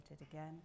again